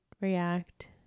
react